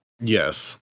Yes